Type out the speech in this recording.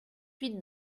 huit